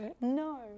No